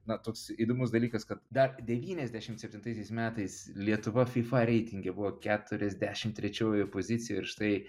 na toks įdomus dalykas kad dar devyniasdešim septintaisiais metais lietuva fifa reitinge buvo keturiasdešim trečioje pozicijoj ir štai